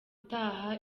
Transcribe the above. utaha